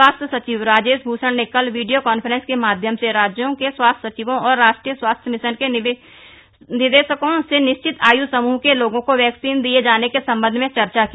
स्वास्थ्य सचिव राजेश भूषण ने कल वीडियो कॉफ्रेंस के माध्यम से राज्यों के स्वास्थ्य सचिवों और राष्ट्रीय स्वास्थ्य मिशन के निदेशकों से निश्चित आयु समूह के लोगों को वैक्सीन दिए जाने के सम्बंध में चर्चा की